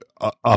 up